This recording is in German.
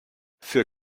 für